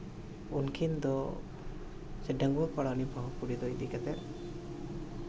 ᱩᱱᱠᱤᱱ ᱫᱚ ᱰᱟᱺᱜᱩᱣᱟᱹ ᱠᱚᱲᱟ ᱩᱱᱤ ᱵᱟᱹᱦᱩ ᱠᱩᱲᱤ ᱤᱫᱤ ᱠᱟᱛᱮᱫ